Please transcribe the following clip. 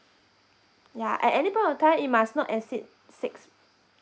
yeah at any point of time it must not exceed six